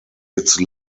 its